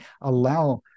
allow